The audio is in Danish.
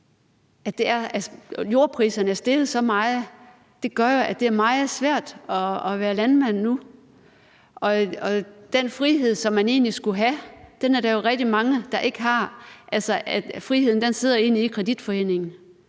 at jordpriserne er steget så meget, gør jo, at det er meget svært at være landmand nu, og den frihed, man egentlig skulle have, er der jo rigtig mange der ikke har. Friheden sidder egentlig i kreditforeningen.